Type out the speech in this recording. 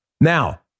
Now